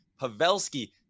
Pavelski